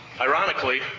ironically